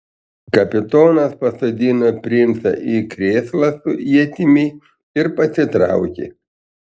kapitonas pasodino princą į krėslą su ietimi ir pasitraukė